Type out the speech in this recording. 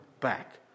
back